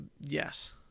Yes